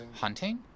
Hunting